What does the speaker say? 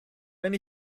wenn